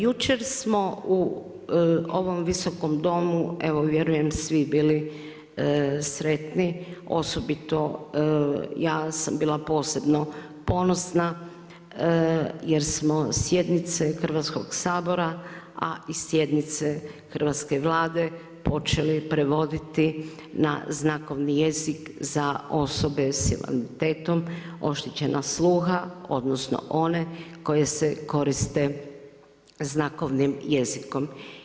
Jučer smo u ovom Viskom domu evo vjerujem svi bili sretni osobito ja sam bila posebno ponosna jer smo sjednice Hrvatskog sabora a i sjednice hrvatske Vlade počeli prevoditi na znakovni jezik za osobe sa invaliditetom oštećena sluha odnosno one koje se koriste znakovnim jezikom.